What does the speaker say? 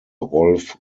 rolf